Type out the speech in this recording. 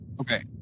Okay